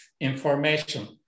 information